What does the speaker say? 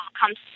comes